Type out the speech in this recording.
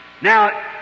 Now